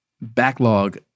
backlog